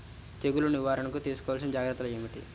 తెగులు నివారణకు తీసుకోవలసిన జాగ్రత్తలు ఏమిటీ?